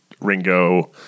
Ringo